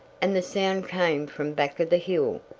and the sound came from back of the hill.